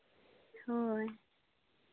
ᱦᱳᱭ